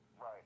Right